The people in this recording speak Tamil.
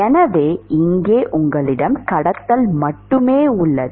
எனவே இங்கே உங்களிடம் கடத்தல் மட்டுமே உள்ளது